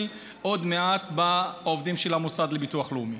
עוד מעט בעובדים של המוסד לביטוח לאומי.